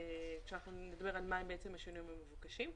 עת נדבר על מה השינויים המבוקשים,